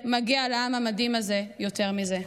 מגיע לעם המדהים הזה יותר מזה.